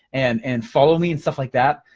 and and follow me and stuff like that,